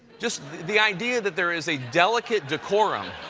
just the idea that there is a delicate decorum,